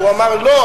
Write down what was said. הוא אמר: לא,